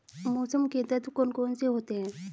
मौसम के तत्व कौन कौन से होते हैं?